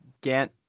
Gant